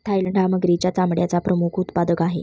Thailand हा मगरीच्या चामड्याचा प्रमुख उत्पादक आहे